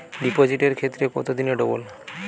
ডিপোজিটের ক্ষেত্রে কত দিনে ডবল?